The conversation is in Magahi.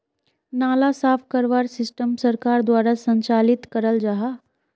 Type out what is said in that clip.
नाला साफ करवार सिस्टम सरकार द्वारा संचालित कराल जहा?